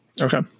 Okay